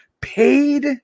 paid